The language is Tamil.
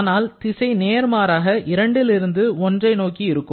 ஆனால் திசை நேர்மாறாக 2 ல் இருந்து 1 ஐ நோக்கி இருக்கும்